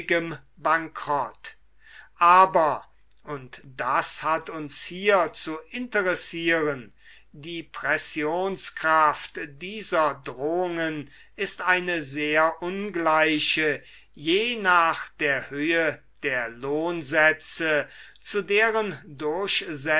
bankrott aber und das hat uns hier zu interessieren die pressionskraft dieser drohungen ist eine sehr ungleiche je nach der höhe der lohnsätze zu deren